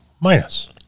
minus